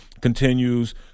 continues